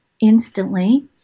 instantly